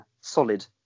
solid